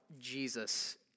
Jesus